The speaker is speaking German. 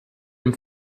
dem